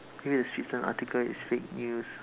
maybe the Straits Times article is fake news